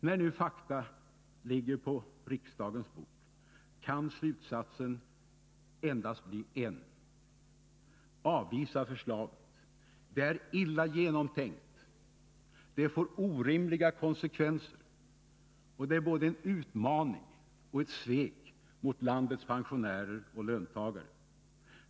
När nu fakta ligger på riksdagens bord kan slutsatsen endast bli en: Avvisa förslaget — det är illa genomtänkt, det får orimliga konsekvenser och det är både en utmaning och ett svek mot landets pensionärer och löntagare.